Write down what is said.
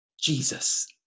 jesus